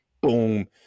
Boom